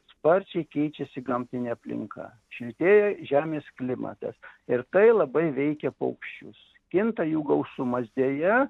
sparčiai keičiasi gamtinė aplinka šiltėja žemės klimatas ir tai labai veikia paukščius kinta jų gausumas deja